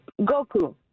Goku